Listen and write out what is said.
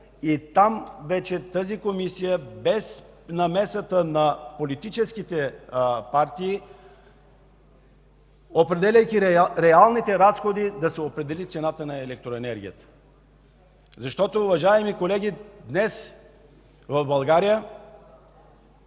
и вече тази Комисия, без намесата на политическите партии, определяйки реалните разходи, да определи цената на електроенергията. Уважаеми колеги, днес разходите,